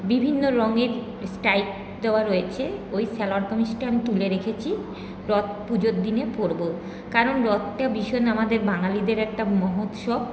বিভিন্ন রঙের স্ট্রাইপ দেওয়া রয়েছে ওই সালোয়ার কামিজটা আমি তুলে রেখেছি রথ পুজোর দিনে পরবো কারন রথটা ভীষণ আমাদের বাঙালিদের একটা মহোৎসব